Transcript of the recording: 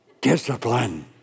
discipline